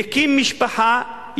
הקים משפחה,